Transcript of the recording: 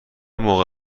موقع